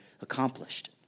accomplished